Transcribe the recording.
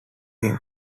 him